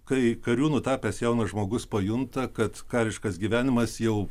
kai kariūnu tapęs jaunas žmogus pajunta kad kariškas gyvenimas jau